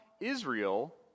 Israel